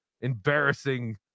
embarrassing